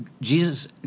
Jesus